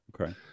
Okay